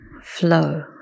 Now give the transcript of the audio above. flow